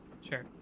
sure